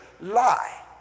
lie